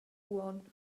uonn